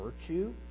virtue